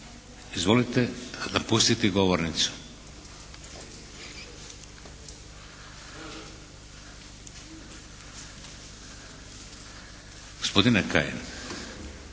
Izvolite napustiti govornicu. Gospodine Kajin,